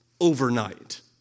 Overnight